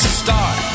start